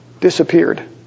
disappeared